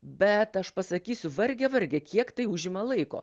bet aš pasakysiu varge varge kiek tai užima laiko